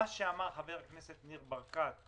מה שאמר חבר הכנסת ניר ברקת,